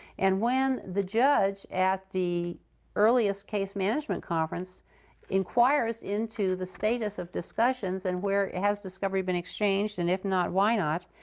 and when the judge at the earliest case management conference inquires into the status of discussions, and has discovery been exchanged, and if not why not,